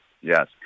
yes